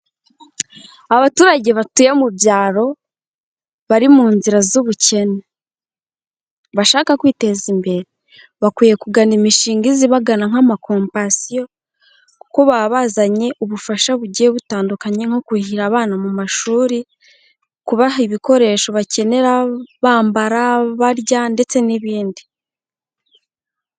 Abaturage batuye mu byaro bari mu nzira z'ubukene bashaka kwiteza imbere, bakwiye kugana imishinga iza ibagana nk'amakompasiyo kuko baba bazanye ubufasha bugiye butandukanye, nko kurihira abana mu mashuri, kubaha ibikoresho bakenera bambara, barya ndetse n'ibindi.